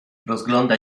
rozgląda